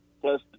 plus